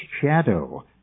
shadow